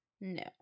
No